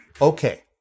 Okay